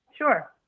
Sure